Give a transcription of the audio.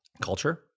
Culture